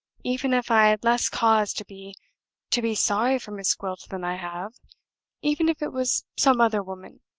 even if i had less cause to be to be sorry for miss gwilt than i have even if it was some other woman,